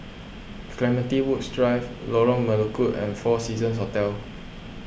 Clementi Woods Drive Lorong Melukut and four Seasons Hotel